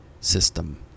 system